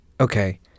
okay